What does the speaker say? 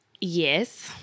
Yes